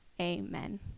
Amen